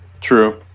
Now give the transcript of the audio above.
True